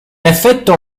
effetto